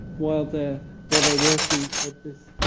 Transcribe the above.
while they're while they're working at this